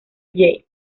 yale